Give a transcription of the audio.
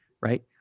right